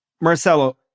Marcelo